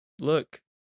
Look